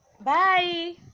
Bye